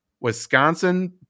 Wisconsin